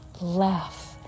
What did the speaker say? laugh